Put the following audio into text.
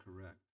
correct